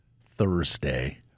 Thursday